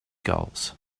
gulls